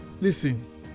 listen